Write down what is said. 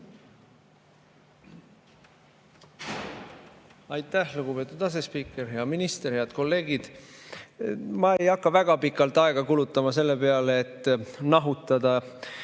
Aitäh, lugupeetud asespiiker! Hea minister! Head kolleegid! Ma ei hakka väga pikalt aega kulutama selle peale, et nahutada